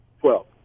Twelve